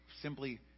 simply